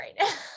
right